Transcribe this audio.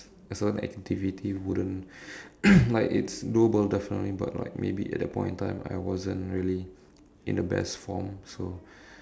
a certain activity wouldn't like it's doable definitely but like maybe at that point in time I wasn't really in the best form so